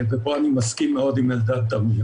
ופה אני מסכים מאוד עם אלדד תמיר